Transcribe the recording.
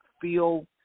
feel